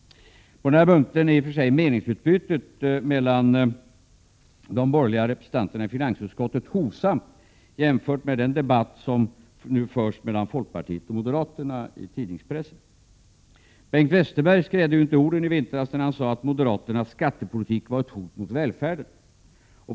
På den här punkten är i och för sig meningsutbytet mellan de borgerliga representanterna i finansutskottet hovsamt jämfört med den debatt som nu förs mellan folkpartiet och moderaterna i pressen. Bengt Westerberg skrädde ju inte orden i vintras, när han sade att moderaternas skattepolitik var ett hot mot välfärden.